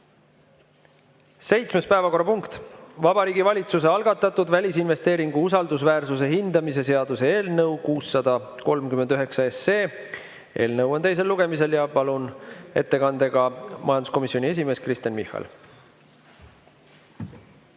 Seitsmes päevakorrapunkt, Vabariigi Valitsuse algatatud välisinvesteeringu usaldusväärsuse hindamise seaduse eelnõu 639. Eelnõu on teisel lugemisel. Palun ettekandega siia majanduskomisjoni esimehe Kristen Michali.